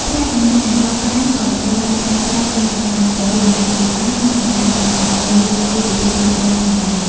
ប្រាក់ចំណេញដែលរកបានក៏ត្រូវបានប្រើប្រាស់ទាំងសម្រាប់ពង្រីកអាជីវកម្ម និងសម្រាប់ការចំណាយលើជីវភាពគ្រួសារផងដែរ។